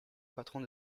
patrons